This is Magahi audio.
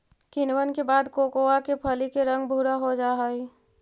किण्वन के बाद कोकोआ के फली के रंग भुरा हो जा हई